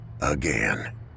Again